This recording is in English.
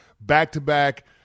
back-to-back